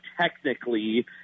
technically